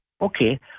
okay